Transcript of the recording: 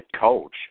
coach